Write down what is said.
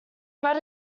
bread